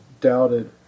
doubted